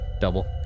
Double